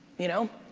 you know?